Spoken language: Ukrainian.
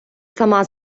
сама